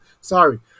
sorry